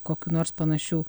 kokių nors panašių